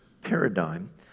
paradigm